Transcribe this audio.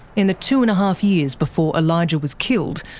in the two and a half years before elijah was killed,